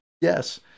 yes